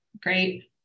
great